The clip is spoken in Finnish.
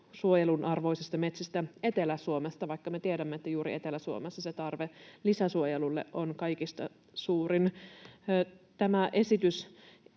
suojelun arvoisesta metsästä Etelä-Suomesta, vaikka me tiedämme, että juuri Etelä-Suomessa se tarve lisäsuojelulle on kaikista suurin. Tämä esitys